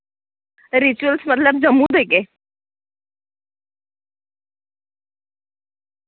rituals मतलब जम्मू दे गे